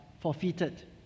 forfeited